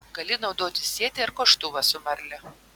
gali naudoti sietį ar koštuvą su marle